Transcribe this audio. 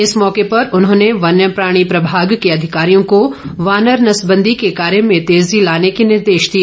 इस मौके पर उन्होंने वन्य प्राणी प्रभाग के अधिकारियों को वानर नसबंदी के कार्य में तेजी लाने के निर्देश दिए